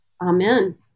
Amen